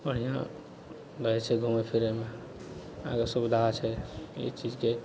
बढ़िआँ रहै छै घुमै फिरैमे अहाँके सुविधा छै ई चीजके